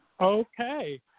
okay